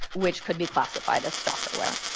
which could be classified as stalkerware.